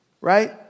right